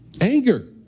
Anger